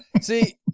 See